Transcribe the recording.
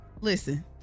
listen